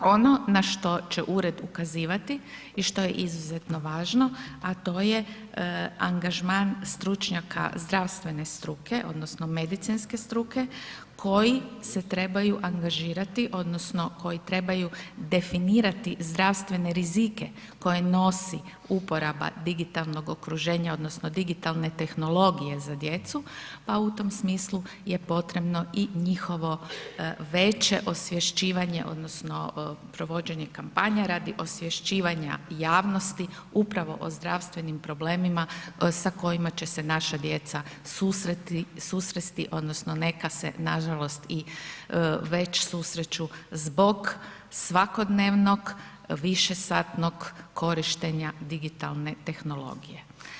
Ono na što će ured ukazivati i što je izuzetno važno a to je angažman stručnjaka zdravstvene struke odnosno medicinske struke koji se trebaju angažirati odnosno koji trebaju definirati zdravstvene rizike koje nosi uporaba digitalnog okruženja odnosno digitalne tehnologije za djecu pa u tom smislu je potrebno i njihovo veće osvješćivanje odnosno provođenje kampanje radi osvješćivanja javnosti upravo o zdravstvenim problemima sa kojima će se naša djeca susresti odnosno neka se nažalost i već susreću zbog svakodnevnog višesatnog korištenja digitalne tehnologije.